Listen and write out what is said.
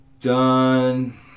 done